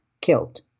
killed